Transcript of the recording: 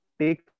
take